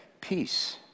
peace